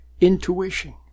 intuition